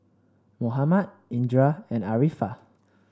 Muhammad Indra and Arifa